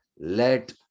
Let